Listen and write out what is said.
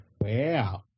Wow